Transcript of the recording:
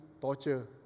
torture